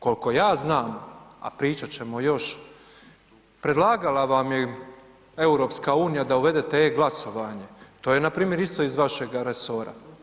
Koliko ja znam, a pričat ćemo još, predlagala vam je EU da uvedete e-Glasovanje, to je npr. isto iz vašega resora.